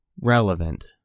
Relevant